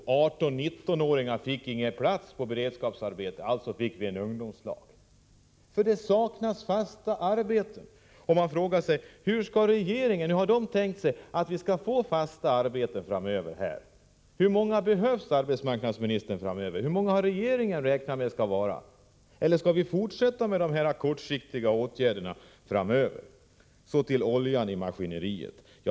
Jo, 18-19-åringarna fick inga beredskapsarbeten — och så fick vi ungdomslagen. Det saknas fasta arbeten. Man frågar sig: Hur har regeringen tänkt sig att vi skall få fasta arbeten framöver? Hur många arbeten behövs? Hur många har regeringen räknat med att det skall finnas? Eller skall vi fortsätta med kortsiktiga åtgärder framöver? Så till oljan i maskineriet.